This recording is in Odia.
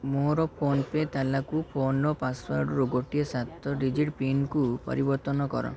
ମୋର ଫୋନ୍ପେ ତାଲାକୁ ଫୋନ୍ର ପାସୱାର୍ଡ଼ରୁ ଗୋଟିଏ ସାତ ଡିଜିଟ୍ ପିନ୍କୁ ପରିବର୍ତ୍ତନ କର